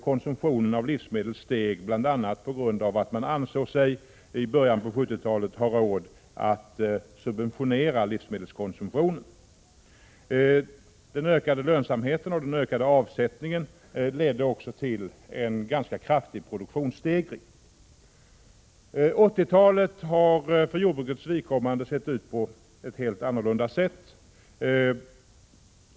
Konsumtionen av livsmedel steg, bl.a. på grund av att man i början på 70-talet ansåg sig ha råd att subventionera livsmedelskonsumtionen. Den ökade lönsamheten och den ökade avsättningen ledde också till en ganska kraftig produktionsstegring. 80-talet har för jordbrukets vidkommande sett ut på ett helt annat sätt.